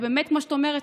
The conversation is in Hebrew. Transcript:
ובאמת כמו שאת אומרת,